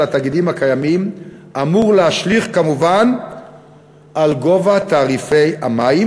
התאגידים הקיימים אמור להשליך כמובן על גובה תעריפי המים,